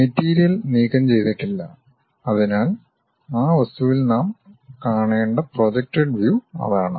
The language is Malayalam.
മെറ്റീരിയൽ നീക്കംചെയ്തിട്ടില്ല അതിനാൽ ആ വസ്തുവിൽ നാം കാണേണ്ട പ്രൊജക്റ്റഡ് വ്യൂ അതാണ്